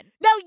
Now